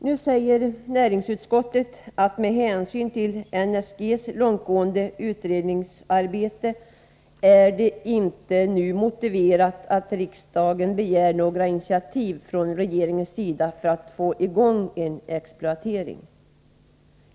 Nu säger näringsutskottet att det med hänsyn till NSG:s långt gångna utredningsarbete inte är motiverat att riksdagen begär några initiativ från regeringens sida för att få i gång en exploatering.